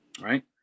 right